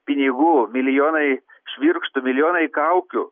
pinigų milijonai švirkštu milijonai kaukių